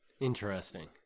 Interesting